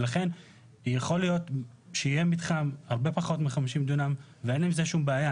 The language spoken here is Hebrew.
ולכן יכול להיות שיהיה מתחם הרבה פחות מ-50 דונם ואין עם זה שום בעיה.